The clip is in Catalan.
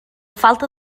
falta